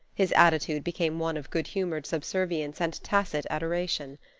his attitude became one of good-humored subservience and tacit adoration.